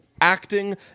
acting